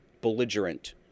belligerent